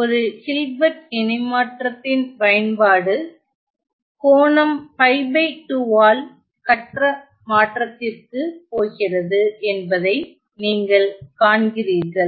ஒரு ஹில்பர்ட் இணைமாற்றத்தின் பயன்பாடு கோணம் π2 ஆல் கட்ட மாற்றத்திற்கு போகிறது என்பதை நீங்கள் காண்கிறீர்கள்